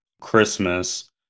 Christmas